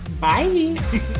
bye